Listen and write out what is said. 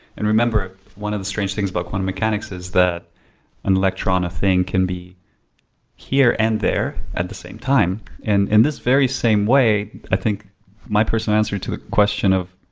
and remember one of the strange things about quantum mechanics is that an electron, a thing can be here and there at the same time. and in this very same way, i think my personal answer to the question of,